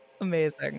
Amazing